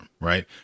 right